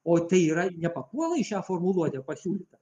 o tai yra nepapuola į šią formuluotę pasiūlytą